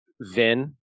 Vin